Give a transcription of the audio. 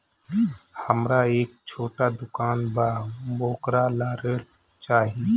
हमरा एक छोटा दुकान बा वोकरा ला ऋण चाही?